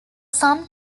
some